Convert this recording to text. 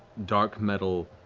dark metal